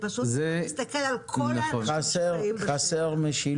אם נסתכל על כל --- חסרה משילות,